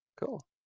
Cool